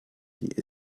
die